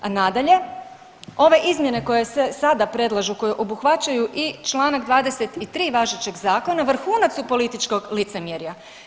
A nadalje, ove izmjene koje se sada predlažu, koje obuhvaćaju i čl. 23 važećeg zakona, vrhunac su političkog licemjerja.